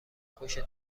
خوشتون